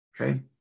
Okay